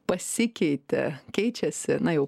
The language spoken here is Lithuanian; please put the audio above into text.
pasikeitė keičiasi na jau